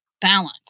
balance